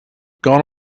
gone